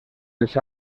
els